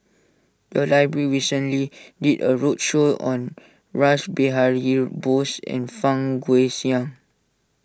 the library recently did a roadshow on Rash Behari Bose and Fang Guixiang